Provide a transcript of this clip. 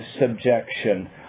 subjection